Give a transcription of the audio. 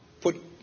put